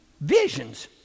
visions